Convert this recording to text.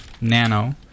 nano